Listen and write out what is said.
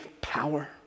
power